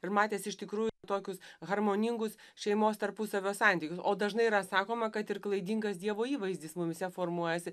ir matęs iš tikrųjų tokius harmoningus šeimos tarpusavio santykius o dažnai yra sakoma kad ir klaidingas dievo įvaizdis mumyse formuojasi